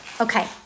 Okay